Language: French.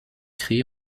créé